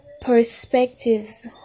perspectives